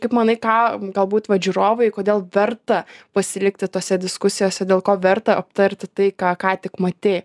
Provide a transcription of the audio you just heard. kaip manai ką galbūt vat žiūrovai kodėl verta pasilikti tose diskusijose dėl ko verta aptarti tai ką ką tik matei